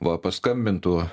va paskambintų